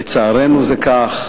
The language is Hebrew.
לצערנו זה כך,